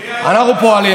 אנחנו פועלים.